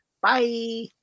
Bye